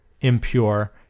impure